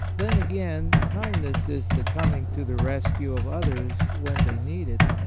then, again, kindness is the coming to the rescue of others when they need it,